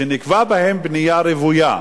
שנקבעה בהם בנייה רוויה.